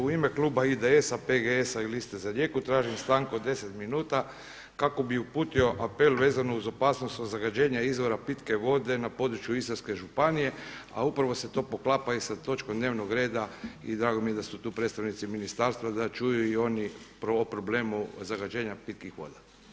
U ime kluba IDS-a, PGS-a i Liste za Rijeku tražim stanku od 10 minuta kako bih uputio apel vezano uz opasnost o zagađenju izvora pitke vode na području Istarske županije a upravo se to poklapa i sa točkom dnevnog reda i drago mi je da su tu predstavnici ministarstva da čuju i oni prvo o problemu zagađenja pitkih voda.